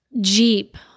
Jeep